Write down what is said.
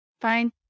Fine